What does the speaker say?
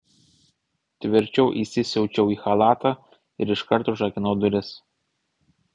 tvirčiau įsisiaučiau į chalatą ir iškart užrakinau duris